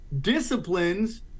disciplines